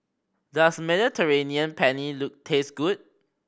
does Mediterranean Penne look taste good